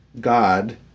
God